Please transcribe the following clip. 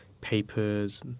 papers